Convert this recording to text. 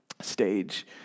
stage